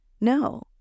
no